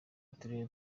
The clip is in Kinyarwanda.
turere